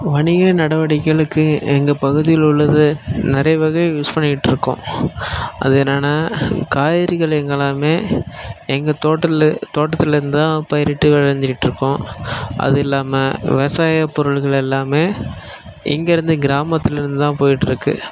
வணிக நடவடிக்கைகளுக்கு எங்கள் பகுதியில உள்ள நிறைய வகையை யூஸ் பண்ணிக்கிட்டு இருக்கோம் அது என்னன்னா காய்கறிகள் எங்கலாமே எங்கள் தோட்டத்தில் இருந்துதான் பயிரிட்டு விளஞ்சிக்கிட்டு இருக்கோம் அதுவும் இல்லாமள் விவசாய பொருள்கள் எல்லாமே இங்கிருந்து கிராமத்தில் இருந்து தான் போய்ட்டு இருக்குது